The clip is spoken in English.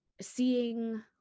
seeing